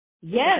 Yes